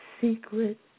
secret